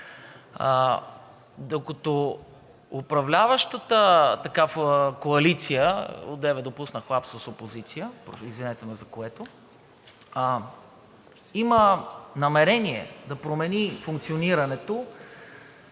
Докато управляващата коалиция, одеве допуснах лапсус – опозиция, извинете ме за което, има намерение да промени функционирането